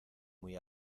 muy